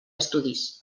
estudis